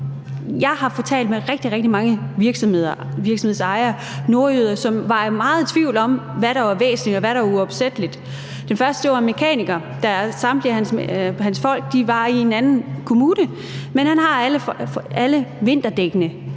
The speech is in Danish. Jeg har talt med rigtig, rigtig mange virksomhedsejere, nordjyder, som var meget i tvivl om, hvad der var væsentligt, og hvad der var uopsætteligt. Den første var en mekaniker. Samtlige af hans folk var i en anden kommune, men han har alle vinterdækkene.